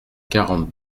quarante